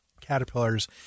caterpillars